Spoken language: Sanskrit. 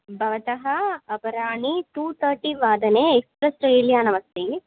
भवतां अपराणि टु तर्टि वादने एक्स्प्रेस् रेल्यानमस्ति